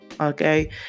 Okay